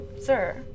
sir